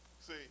see